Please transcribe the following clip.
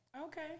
Okay